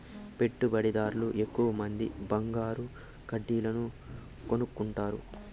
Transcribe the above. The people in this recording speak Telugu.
పెట్టుబడిదార్లు ఎక్కువమంది బంగారు కడ్డీలను కొనుక్కుంటారు